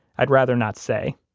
i'd rather not say.